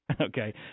okay